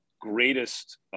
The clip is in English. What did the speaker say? greatest